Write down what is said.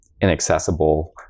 inaccessible